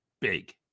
big